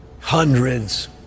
Hundreds